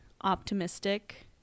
optimistic